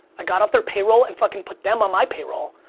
i got off their payroll, and fucking put them on my payroll.